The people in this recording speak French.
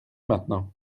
maintenant